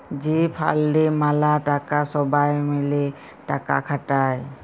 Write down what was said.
যে ফাল্ডে ম্যালা টাকা ছবাই মিলে টাকা খাটায়